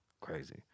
Crazy